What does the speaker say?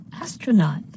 Astronaut